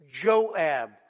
Joab